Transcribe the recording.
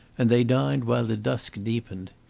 and they dined while the dusk deepened.